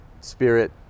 Spirit